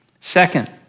Second